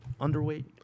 Underweight